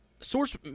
source